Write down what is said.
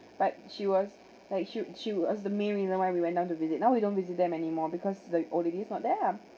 but she was like she she was the main reason why we went down to visit now we don't visit them anymore because the old lady is not there lah